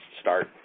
start